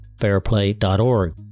fairplay.org